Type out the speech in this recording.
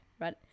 right